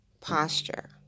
posture